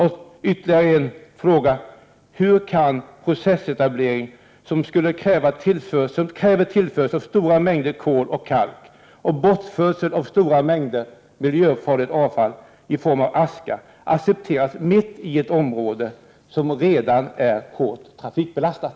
— Hur kan en processetablering som kräver tillförsel av stora mängder kol och kalk och bortförsel av stora mängder miljöfarligt avfall i form av aska accepteras mitt i ett område som redan är mycket hårt trafikbelastat?